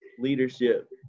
leadership